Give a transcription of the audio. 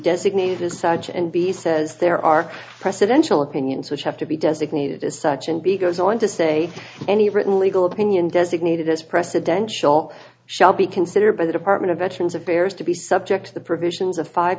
designated as such and b says there are presidential opinions which have to be designated as such and be goes on to say any written legal opinion designated as presidential shall be considered by the department of veterans affairs to be subject to the provisions of five